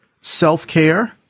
self-care